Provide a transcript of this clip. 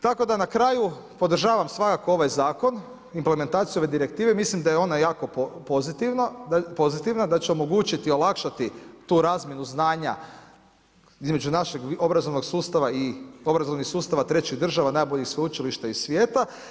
Tako da na kraju podržavam svakako ovaj zakon, implementacija ove direktive, mislim da je ona jako pozitivna, da će omogućiti, olakšati tu razmjenu znanja između našeg obrazovnog sustava i obrazovanih sustava trećih država, najboljih sveučilišta iz svijeta.